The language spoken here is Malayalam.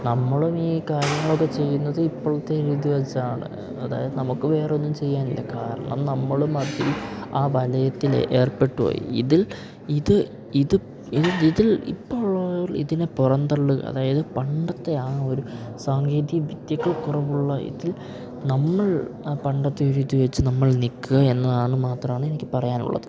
നമ്മളും ഈ കാര്യങ്ങളൊക്കെ ചെയ്യുന്നത് ഇപ്പോഴത്തെ ഒരിതു വെച്ചാണ് അതായത് നമുക്ക് വേറെയൊന്നും ചെയ്യാനില്ല കാരണം നമ്മളെമാതിരി ആ വലയത്തിൽ ഏർപ്പെട്ടുപോയി ഇതിൽ ഇത് ഇത് ഇതിൽ ഇപ്പോൾ ഇതിനെ പുറന്തള്ളുക അതായത് പണ്ടത്തെ ആ ഒരു സാങ്കേതിക വിദ്യകൾ കുറവുള്ള ഇതിൽ നമ്മൾ ആ പണ്ടത്തെ ഒരിതു വെച്ച് നമ്മൾ നിൽക്കുക എന്നതാണ് മാത്രമാണ് എനിക്ക് പറയാനുള്ളത്